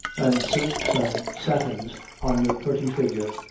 an' silks, an' satins on your purty figure.